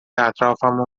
اطرافمو